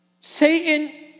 Satan